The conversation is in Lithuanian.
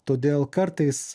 todėl kartais